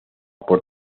por